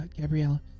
Gabriella